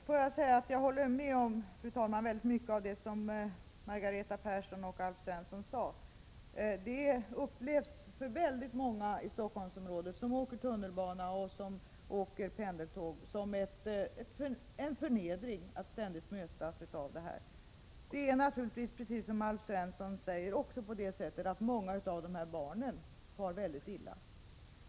Fru talman! Jag instämmer i mycket av det som Margareta Persson och Alf Svensson sade. För väldigt många människor i Stockholmsområdet som åker tunnelbana och pendeltåg känns det som en förnedring att ständigt behöva mötas av klottret. Det är naturligtvis, precis som Alf Svensson säger, också på det sättet att många av de barn som håller på och klottrar far mycket illa.